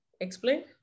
explain